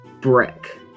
brick